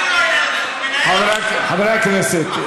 חברי הכנסת.